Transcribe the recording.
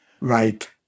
Right